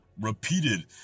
repeated